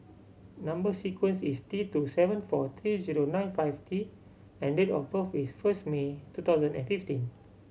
number sequence is T two seven four three zero nine five T and date of birth is first May two thousand and fifty